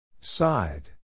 Side